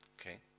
okay